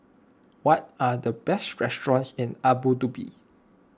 what are the best restaurants in Abu Dhabi